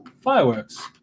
fireworks